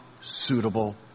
suitable